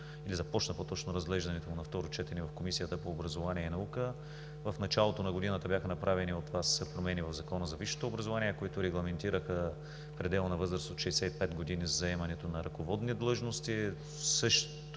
или по-точно започна разглеждането му на второ четене в Комисията по образованието и науката. В началото на годината бяха направени от Вас промени в Закона за висшето образование, които регламентираха пределна възраст от 65 години за заемането на ръководни длъжности.